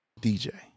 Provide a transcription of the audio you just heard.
DJ